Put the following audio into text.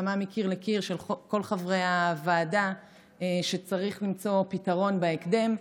הסכמה מקיר לקיר של כל חברי הוועדה שצריך למצוא פתרון בהקדם,